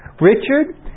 Richard